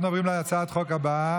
אנחנו עוברים להצעת החוק הבאה,